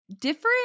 different